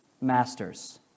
masters